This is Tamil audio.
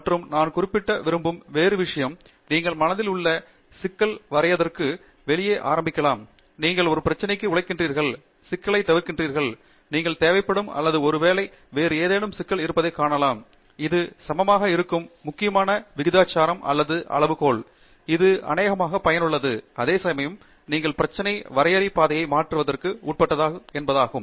மற்றும் நான் குறிப்பிட விரும்பும் வேறு விஷயம் நீங்கள் மனதில் உள்ள சிக்கல் வரையறைக்கு வெளியே ஆரம்பிக்கலாம் நீங்கள் ஒரு பிரச்சனைக்கு உழைக்கிறீர்கள் சிக்கலை தீர்க்கிறீர்கள் நீங்கள் தேவைப்படும் அல்லது ஒருவேளை வேறு ஏதேனும் சிக்கல் இருப்பதை காணலாம் அல்லது இது சமமாக இருக்கும் முக்கியமான விகிதாச்சாரம் அல்லது அளவுகோல் இது அநேகமாக பயனுள்ளது அதேசமயம் உங்கள் பிரச்சனை வரையறை பாதையை மாற்றுவதற்கு உட்பட்டது என்பதாகும்